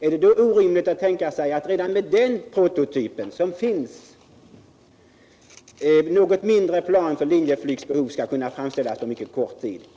Är det då orimligt att tänka sig att med den prototyp som alltså redan finns skall det kunna framställas mindre plan på mycket kort tid?